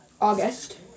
August